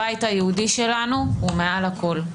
הבית היהודי שלנו הוא מעל הכול.